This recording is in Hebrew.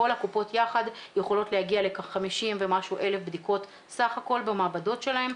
כל הקופות יחד יכולות להגיע לכ-50,000 בדיקות סך הכול במעבדות שלהם.